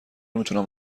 میتونم